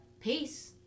peace